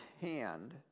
hand